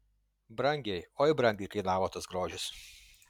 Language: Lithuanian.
brangiai oi brangiai kainavo tas grožis